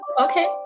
Okay